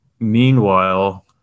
Meanwhile